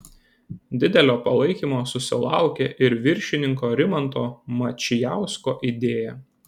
didelio palaikymo susilaukė iš viršininko rimanto mačijausko idėja